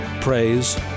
praise